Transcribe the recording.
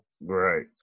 Right